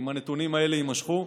אם הנתונים האלה יימשכו,